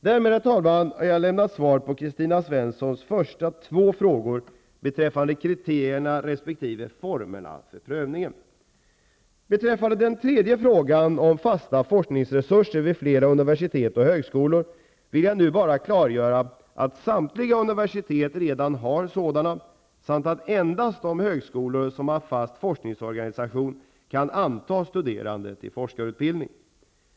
Därmed, herr talman, har jag lämnat svar på Kristina Svenssons första två frågor beträffande kriterierna resp. formerna för prövningen. Beträffande den tredje frågan om fasta forskningsresurser vid fler universitet och högskolor vill jag nu bara klargöra att samtliga universitet redan har sådana samt att endast de högskolor som har fast forskningsorganisation kan anta studerande till forskarutbildning.